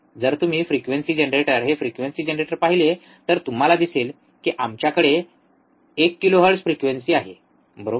जर तुम्ही frequency generator हे फ्रिक्वेन्सी जनरेटर पाहिले तर तुम्हाला दिसेल की आमच्याकडे एक किलोहर्ट्झ फ्रिक्वेंसी आहे बरोबर